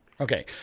Okay